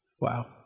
Wow